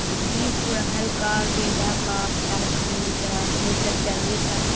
जी गुड़हल का गेंदा का रातरानी का यही सब चाहिए था